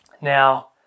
Now